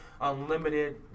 unlimited